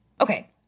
Okay